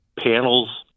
panels